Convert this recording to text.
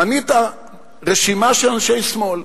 מנית רשימה של אנשי שמאל.